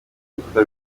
rukuta